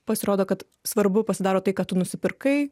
pasirodo kad svarbu pasidaro tai ką tu nusipirkai